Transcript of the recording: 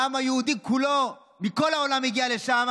העם היהודי כולו מכל העולם מגיע לשם,